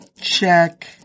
Check